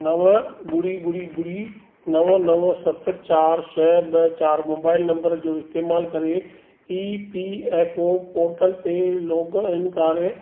नव ॿुड़ी ॿुड़ी ॿुड़ी नव नव सत चार छह ॿ चार मोबाइल नंबर जो इस्तेमाल करे E P F O portal ते लोगइन करे